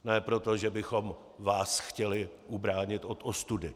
Ne proto, že bychom vás chtěli ubránit od ostudy.